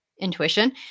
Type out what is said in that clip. intuition